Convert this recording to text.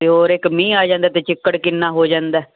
ਤੇ ਹੋਰ ਇੱਕ ਮੀਂਹ ਆ ਜਾਂਦਾ ਤੇ ਚਿੱਕੜ ਕਿੰਨਾ ਹੋ ਜਾਂਦਾ